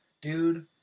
dude